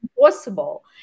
impossible